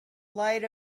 light